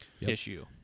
issue